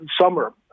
summer